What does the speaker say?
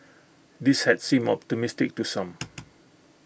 this had seemed optimistic to some